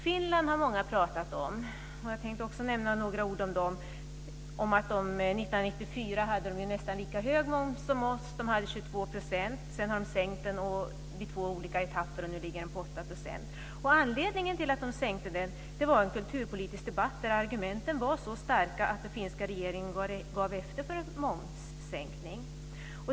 Finland har många pratat om, och jag tänkte också nämna några ord om det landet. I Finland hade man 1994 nästan lika hög moms som vi, nämligen 22 %. Sedan har man sänkt den i två olika etapper, och nu ligger den på 8 %. Anledningen till att man sänkte momsen var en kulturpolitisk debatt där argumenten var så starka att den finska regeringen gav efter för en momssänkning.